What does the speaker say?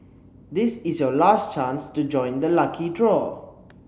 this is your last chance to join the lucky draw